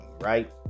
right